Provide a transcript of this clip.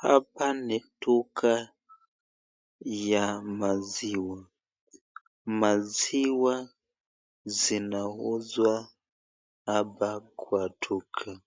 Hapa ni duka ya maziwa. Maziwa zinauzwa hapa kwa duka.